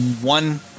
One